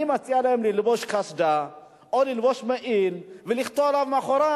מציע להם ללבוש קסדה או ללבוש מעיל ולכתוב עליו מאחור: